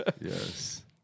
Yes